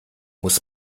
muss